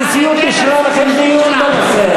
הנשיאות אישרה לכם דיון בנושא הזה.